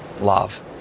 love